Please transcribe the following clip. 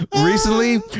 recently